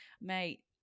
Mate